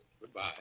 Goodbye